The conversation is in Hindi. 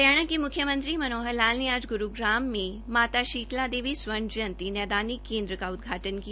हरियाणा के मुख्यमंत्री मनोहर लाल ने आज गुरूग्राम में माता शीतला देवी स्वर्ण जयंती नैदानिक केन्द्र का उद्घाटन किया